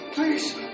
Please